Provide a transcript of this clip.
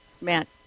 Matt